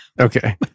Okay